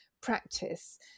practice